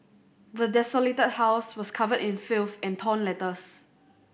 the desolated house was covered in filth and torn letters